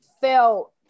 felt